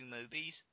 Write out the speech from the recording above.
movies